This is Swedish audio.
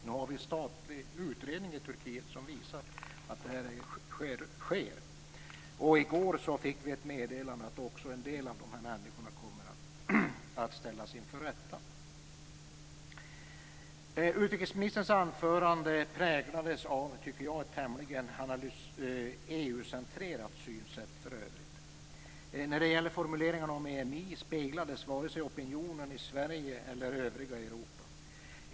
Nu har en statlig utredning i Turkiet visat att detta också sker. I går fick vi meddelande om att en del av de här människorna kommer att ställas inför rätta. Utrikesministerns anförande präglades för övrigt av ett, tycker jag, tämligen EU-centrerat synsätt. När det gäller formuleringarna om EMI speglades varken opinionen i Sverige eller i övriga Europa.